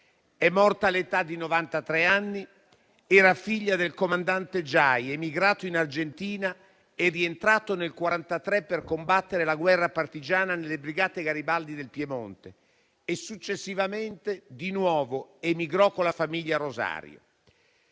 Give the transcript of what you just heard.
È morta all'età di novantatré anni. Era figlia del comandante Giai, emigrato in Argentina e rientrato nel 1943 per combattere la guerra partigiana nelle Brigate Garibaldi del Piemonte. Successivamente, di nuovo emigrò con la famiglia a Rosario.